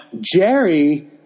Jerry